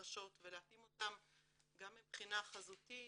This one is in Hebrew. הנדרשות ולהתאים אותם גם מבחינה חזותית,